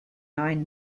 nine